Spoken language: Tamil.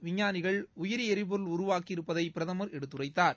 விஞ்ஞானிகள் உயிரி எரிபொருள் உருவாக்கி இருப்பதை பிரதமர் எடுத்துரைத்தார்